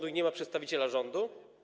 I nie ma przedstawiciela rządu?